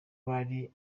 bari